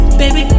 baby